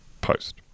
post